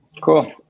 Cool